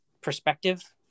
perspective